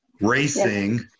Racing